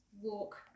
walk